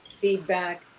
feedback